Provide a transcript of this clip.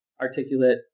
articulate